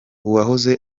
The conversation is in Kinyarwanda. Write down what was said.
uwahoze